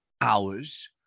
hours